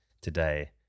today